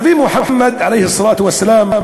הנביא מוחמד, עליה א-צלאה וא-סלאם,